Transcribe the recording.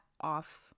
off